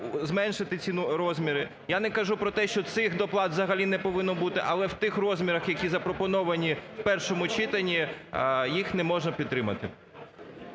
зменшити ці розміри. Я не кажу про те, що цих доплат взагалі не повинно бути, але в тих розмірах, які запропоновані в першому читанні, їх не можна підтримати.